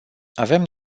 avem